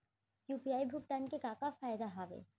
UPI भुगतान के का का फायदा हावे?